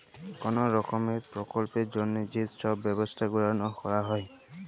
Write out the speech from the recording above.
call রকমের পরকল্পের জ্যনহে যে ছব ব্যবছা গুলাল ক্যরা হ্যয়